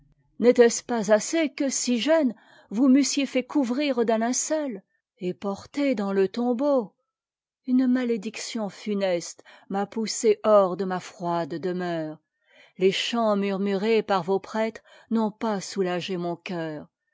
tait ee pas assez que si jeune vous m'eussiez a fait couvrir d'un tinceut et porter dans te tombeau une malédiction funeste m'a poussée hors s de ma froide demeure les chants murmurés parj vos prêtres'n'ont pas soujagé mon cceur